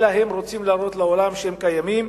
אלא הם רוצים להראות לעולם שהם קיימים,